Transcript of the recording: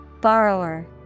Borrower